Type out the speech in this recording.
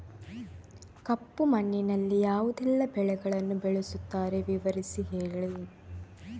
ಕಪ್ಪು ಮಣ್ಣಿನಲ್ಲಿ ಯಾವುದೆಲ್ಲ ಬೆಳೆಗಳನ್ನು ಬೆಳೆಸುತ್ತಾರೆ ವಿವರಿಸಿ ಹೇಳಿ